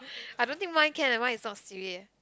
I don't think mine can leh mine is not Siri eh